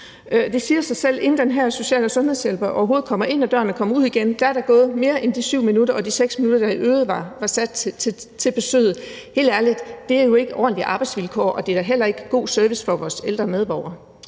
Det siger sig selv, at inden den her social- og sundhedshjælper overhovedet er kommet ind ad døren og er kommet ud igen, er der gået mere end de 7 minutter – og de 6 minutter, der i øvrigt var afsat til besøget. Helt ærligt, det er jo ikke ordentlige arbejdsvilkår, og det er da heller ikke en god service for vores ældre medborgere.